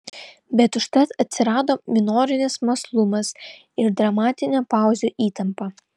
bet užtat atsirado minorinis mąslumas ir dramatinė pauzių įtampa